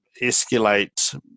escalate